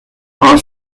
our